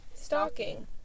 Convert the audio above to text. stalking